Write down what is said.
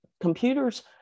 Computers